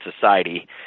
society